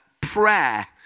prayer